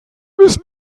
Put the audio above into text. wissen